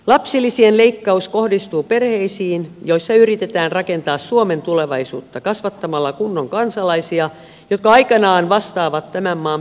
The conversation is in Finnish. lapsilisien leikkaus kohdistuu perheisiin joissa yritetään rakentaa suomen tulevaisuutta kasvattamalla kunnon kansalaisia jotka aikanaan vastaavat tämän maan pyörimisestä